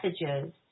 messages